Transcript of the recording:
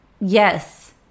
yes